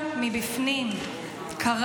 השר